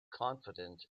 confident